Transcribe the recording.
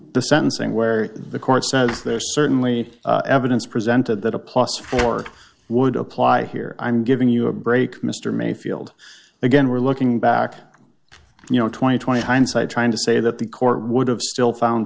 the sentencing where the court says there certainly evidence presented that a plus for would apply here i'm giving you a break mr mayfield again we're looking back you know two thousand and twenty hindsight trying to say that the court would have still found